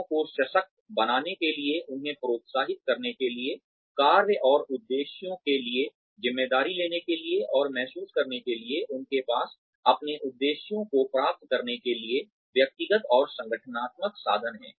लोगों को सशक्त बनाने के लिए उन्हें प्रोत्साहित करने के लिए कार्यों और उद्देश्यों के लिए ज़िम्मेदारी लेने के लिए और महसूस करने के लिए उनके पास अपने उद्देश्यों को प्राप्त करने के लिए व्यक्तिगत और संगठनात्मक संसाधन हैं